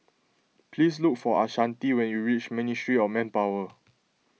please look for Ashanti when you reach Ministry of Manpower